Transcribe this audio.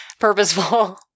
purposeful